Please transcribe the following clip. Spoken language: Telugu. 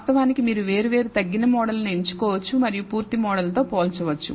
వాస్తవానికి మీరు వేర్వేరు తగ్గిన మోడళ్లను ఎంచుకోవచ్చు మరియు పూర్తి మోడల్తో పోల్చవచ్చు